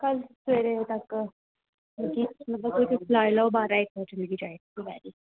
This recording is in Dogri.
कल सवेरे तक बनी आग तुस बलाई लो सारें गी इक बजे मिगी चाहिदा